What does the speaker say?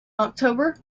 october